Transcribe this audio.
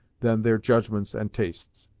than their judgments and tastes.